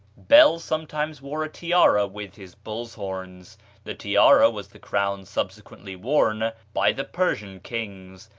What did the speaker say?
bel sometimes wore a tiara with his bull's horns the tiara was the crown subsequently worn by the persian kings,